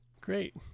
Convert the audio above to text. Great